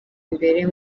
imbere